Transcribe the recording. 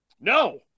No